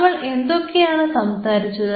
നമ്മൾ എന്തൊക്കെയാണ് സംസാരിച്ചത്